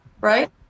Right